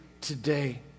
today